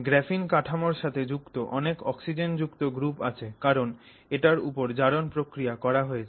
graphene কাঠামোর সাথে যুক্ত অনেক অক্সিজেনযুক্ত গ্রুপ আছে কারণ এটার ওপর জারণ প্রক্রিয়া করা হয়েছে